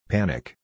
Panic